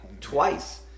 twice